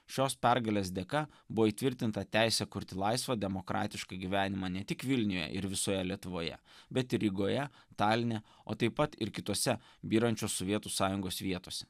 šios pergalės dėka buvo įtvirtinta teisė kurti laisvą demokratišką gyvenimą ne tik vilniuje ir visoje lietuvoje bet ir rygoje taline o taip pat ir kitose byrančios sovietų sąjungos vietose